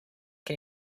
can